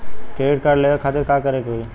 Credit card लेवे खातिर का करे के होई?